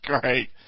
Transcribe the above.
great